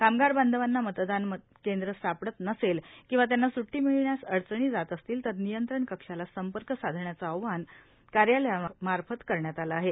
कामगार बांधवांना मतदान केंद्र सापडत नसेल किंवा त्यांना सुद्दी मिळण्यास अडचणी जात असतील तर नियंत्रण कक्षाला संपर्क साधण्याचे आवाहन कार्यालयामार्फत करण्यात आलं आहे